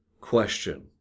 Question